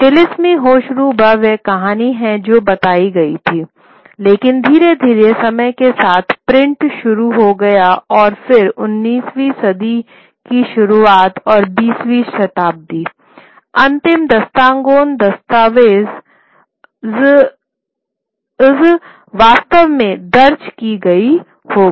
तिलिस्मी होशरूबा वह कहानी है जो बताई गई थी लेकिन धीरे धीरे समय के साथ प्रिंट शुरू हो गए और फिर उन्नीसवीं सदी की शुरुआत और बीसवीं शताब्दी अंतिम दास्तानगॉज़ वास्तव में दर्ज की गई होंगी